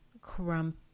Crump